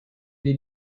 did